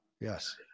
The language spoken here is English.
yes